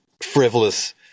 frivolous